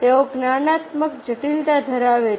તેઓ જ્ઞાનાત્મક જટિલતા ધરાવે છે